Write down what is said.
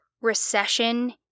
recession